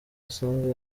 asanzwe